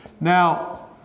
Now